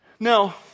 Now